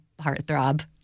heartthrob